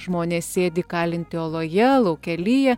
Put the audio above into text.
žmonės sėdi įkalinti oloje lauke lyja